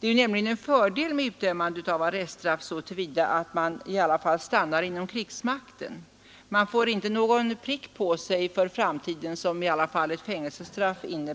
Det är nämligen en fördel med utdömandet av arreststraff så till vida, att man i alla fall stannar inom krigsmakten; man får inte för framtiden någon prick på sig som ett fängelsestraff i alla fall